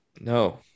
No